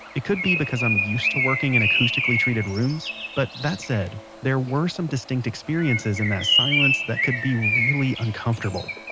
it could be because i'm used to working in acoustically treated rooms. but, that said, there were some distinct experiences in that silence that could be really uncomfortable.